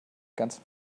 ganzen